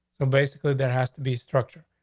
so basically, that has to be structured.